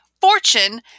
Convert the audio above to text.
fortune